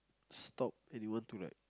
stop anyone to like